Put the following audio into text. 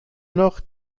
noch